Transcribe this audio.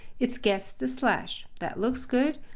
it's guessed the slash, that looks good.